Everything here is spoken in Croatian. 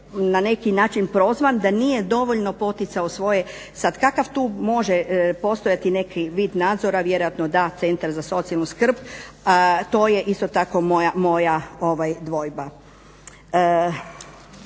na neki način prozvan da nije dovoljno poticao svoje. Sad kakav tu može postojati neki vid nadzora, vjerojatno da, centar za socijalnu skrb, to je isto tako moja dvojba.